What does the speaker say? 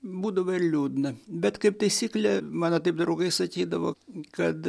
būdavo ir liūdna bet kaip taisyklė mano taip draugai sakydavo kad